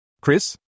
Chris